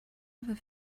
ever